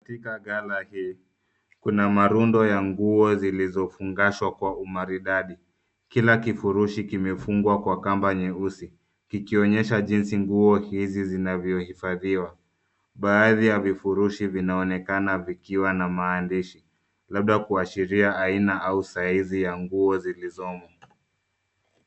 Katika ghala hii kuna marundo ya nguo zilizofungashwa kwa umaridadi. Kila kifurushi kimefungwa kwa kamba nyeusi kikionyesha jinsi nguo hizi zinavyohifadhiwa. Baadhi ya vifurushi vinaonekana vikiwa na maandishi, labda kuashiria aina au saizi ya nguo zilizomo.